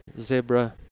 zebra